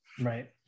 Right